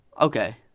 Okay